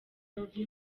love